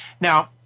Now